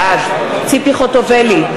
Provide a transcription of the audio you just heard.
בעד ציפי חוטובלי,